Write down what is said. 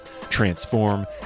transform